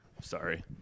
Sorry